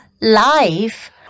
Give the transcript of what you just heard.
life